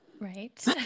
Right